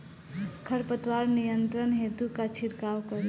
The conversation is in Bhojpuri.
खर पतवार नियंत्रण हेतु का छिड़काव करी?